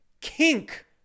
kink